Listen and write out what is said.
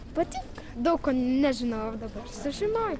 patinka daug ko nežinojau dabar sužinojau